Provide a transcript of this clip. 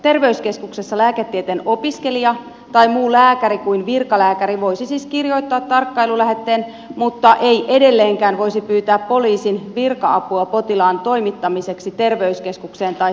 terveyskeskuksessa lääketieteen opiskelija tai muu lääkäri kuin virkalääkäri voisi siis kirjoittaa tarkkailulähetteen mutta ei edelleenkään voisi pyytää poliisin virka apua potilaan toimittamiseksi terveyskeskukseen tai sairaalaan